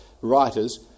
writers